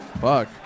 Fuck